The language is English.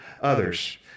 others